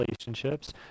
relationships